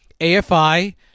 AFI